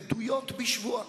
עדויות בשבועה.